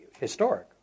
historic